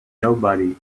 nobody